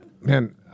man